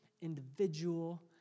individual